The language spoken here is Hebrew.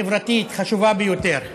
חברתית, חשובה ביותר,